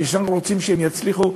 ושאנחנו רוצים שהן יצליחו,